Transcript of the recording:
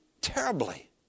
terribly